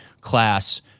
class